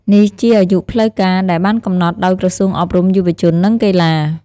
នេះជាអាយុផ្លូវការដែលបានកំណត់ដោយក្រសួងអប់រំ យុវជន និងកីឡា។